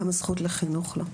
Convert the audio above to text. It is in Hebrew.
גם הזכות לחינוך לא.